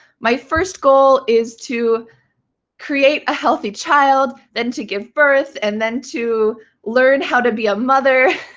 my first goal is to create a healthy child, then to give birth, and then to learn how to be a mother.